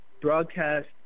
broadcast